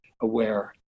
aware